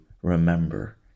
Remember